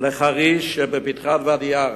לחריש בפתחת ואדי-עארה,